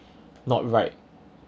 not right